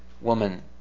woman